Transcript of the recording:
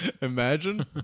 Imagine